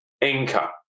income